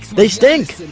they stink!